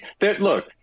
Look